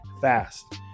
fast